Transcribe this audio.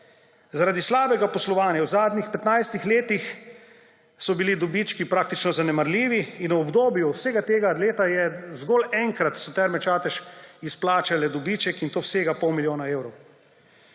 zaradi slabega poslovanja v zadnjih 15-ih letih so bili dobički praktično zanemarljivi in v obdobju vseh teh let so zgolj enkrat Terme Čatež izplačale dobiček; in to vsega pol milijona evrov.